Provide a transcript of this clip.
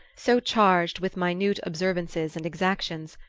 so charged with minute observances and exactions,